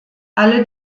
alle